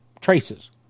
traces